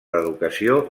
l’educació